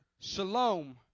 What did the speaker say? shalom